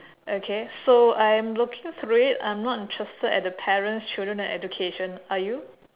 okay so I am looking through it I'm not interested at the parents children and education are you